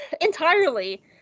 Entirely